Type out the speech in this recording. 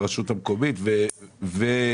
הרשות המקומית והמשטרה